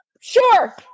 Sure